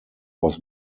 was